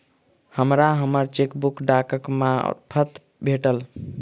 हमरा हम्मर चेकबुक डाकक मार्फत भेटल